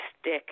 stick